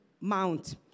Mount